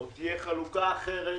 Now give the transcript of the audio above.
זו תהיה חלוקה אחרת,